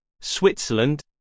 Switzerland